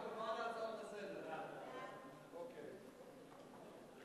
ההצעה להפוך את הצעת חוק הגבלת